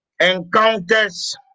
encounters